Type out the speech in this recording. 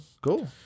cool